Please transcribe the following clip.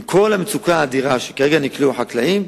עם כל המצוקה האדירה שכרגע נקלעו אליה החקלאים,